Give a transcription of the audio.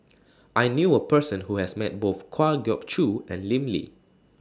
I knew A Person Who has Met Both Kwa Geok Choo and Lim Lee